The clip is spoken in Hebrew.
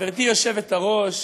חברתי היושבת-ראש,